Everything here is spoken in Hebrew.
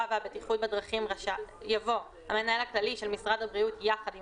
והבטיחות בדרכים" יבוא "המנהל הכללי של משרד הבריאות יחד עם